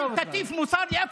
אז אל תטיף מוסר לחברי האופוזיציה.